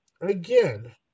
again